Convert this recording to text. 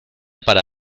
para